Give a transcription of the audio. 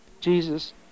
Jesus